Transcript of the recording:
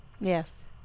Yes